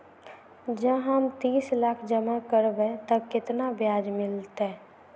जँ हम तीस लाख जमा करबै तऽ केतना ब्याज मिलतै?